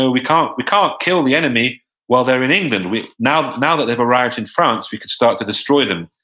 know, we can't we can't kill the enemy while they're in england. now now that they've arrived in france, we can start to destroy them.